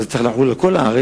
אבל זה צריך לחול על כל הארץ.